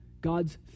God's